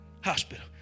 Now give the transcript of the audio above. hospital